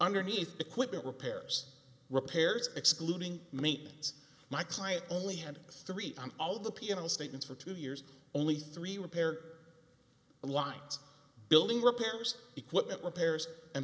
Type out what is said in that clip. underneath equipment repairs repairs excluding maintains my client only had three on all the piano statements for two years only three repair lines building repairs equipment repairs and